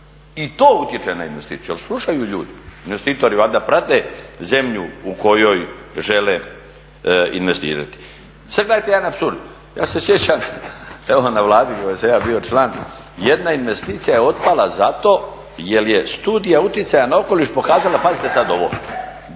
I to utječe na investiciju, ali slušaju ljudi. Investitori valjda prate zemlju u kojoj žele investirati. I sad gledajte jedan apsurd. Ja se sjećam, evo na Vladi u kojoj sam ja bio član jedna investicija je otpala zato jer je Studija utjecaja na okoliš pokazala pazite sad ovo